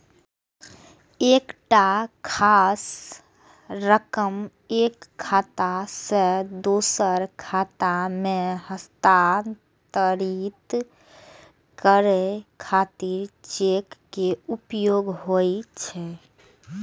एकटा खास रकम एक खाता सं दोसर खाता मे हस्तांतरित करै खातिर चेक के उपयोग होइ छै